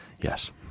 Yes